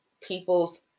people's